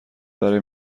برای